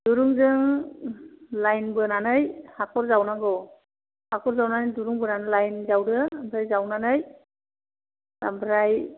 दुरुंजों line बोनानै हाख'र जावनांगौ हाख'र जावनानै दुरुं बोनानै लाइन जावदो ओमफ्राय जावनानै ओमफ्राय